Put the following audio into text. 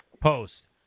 Post